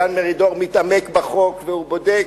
דן מרידור מתעמק בחוק והוא בודק,